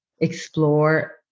explore